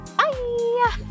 bye